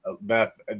beth